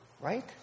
Right